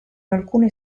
alcune